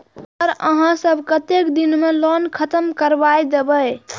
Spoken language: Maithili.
सर यहाँ सब कतेक दिन में लोन खत्म करबाए देबे?